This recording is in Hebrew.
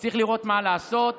צריך לראות מה לעשות.